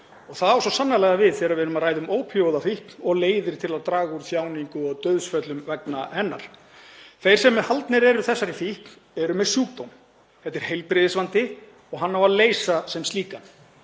Það á svo sannarlega við þegar við erum að ræða ópíóíðafíkn og leiðir til að draga úr þjáningum og dauðsföllum vegna hennar. Þeir sem haldnir eru þessari fíkn eru með sjúkdóm, þetta er heilbrigðisvandi og hann á að leysa sem slíkan.